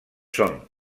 són